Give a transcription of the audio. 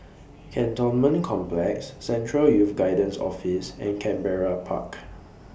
Cantonment Complex Central Youth Guidance Office and Canberra Park